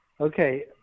Okay